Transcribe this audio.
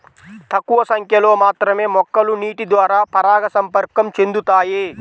తక్కువ సంఖ్యలో మాత్రమే మొక్కలు నీటిద్వారా పరాగసంపర్కం చెందుతాయి